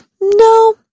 No